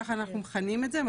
ככה אנחנו מכנים את זה.